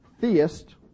theist